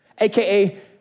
AKA